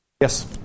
Yes